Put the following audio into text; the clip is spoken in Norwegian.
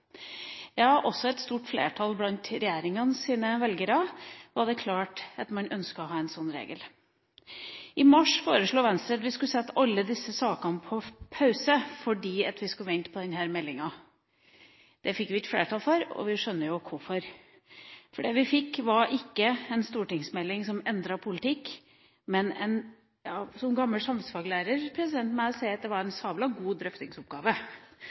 Ja, også blant et stort flertall av regjeringas velgere var det klart at man ønsket å ha en slik regel. I mars foreslo Venstre at man skulle sette alle disse sakene på pause, fordi vi skulle vente på denne meldinga. Det fikk vi ikke flertall for, og vi skjønner jo hvorfor. For det vi fikk, var ikke en stortingsmelding som endret politikk, men en – ja, som gammel samfunnsfaglærer må jeg si at dette var en sabla god drøftingsoppgave,